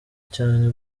cyane